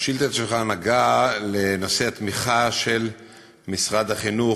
השאילתה שלך נגעה לנושא התמיכה של משרד החינוך,